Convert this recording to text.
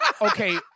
Okay